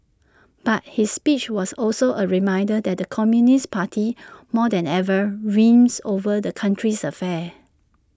but his speech was also A reminder that the communist party more than ever reigns over the country's affairs